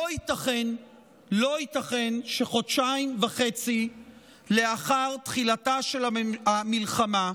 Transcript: לא ייתכן שחודשיים וחצי לאחר תחילתה של המלחמה,